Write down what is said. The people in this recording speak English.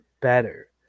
better